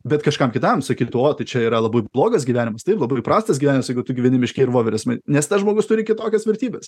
bet kažkam kitam sukytų o tai čia yra labai blogas gyvenimas taip labai prastas gyvenimas jeigu tu gyveni miške ir voverės nes tas žmogus turi kitokias vertybes